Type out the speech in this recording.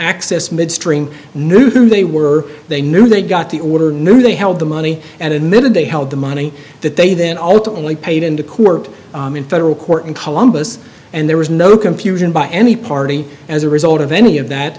access midstream knew who they were they knew they got the order knew they held the money and admitted they held the money that they then ultimately paid into court in federal court in columbus and there was no confusion by any party as a result of any of that